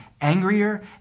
angrier